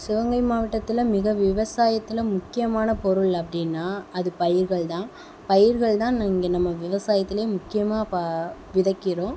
சிவகங்கை மாவட்டத்தில் மிக விவசாயத்தில் முக்கியமான பொருள் அப்படினா அது பயிர்கள்தான் பயிர்கள்தான் இங்கே நம்ம விவசாயத்திலே முக்கியமாக இப்போ விதைக்கிறோம்